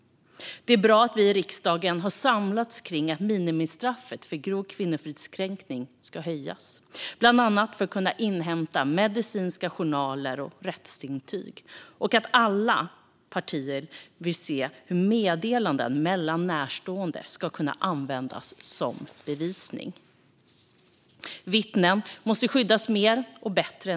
Det är bra att vi i riksdagen har samlats kring att minimistraffet för grov kvinnofridskränkning ska höjas, bland annat för att kunna inhämta medicinska journaler och rättsintyg, och att alla partier vill se över hur meddelanden mellan närstående ska kunna användas som bevisning. Vittnen måste skyddas mer och bättre.